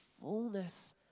fullness